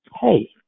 hey